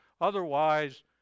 Otherwise